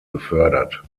gefördert